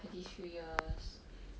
like these few years